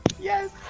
yes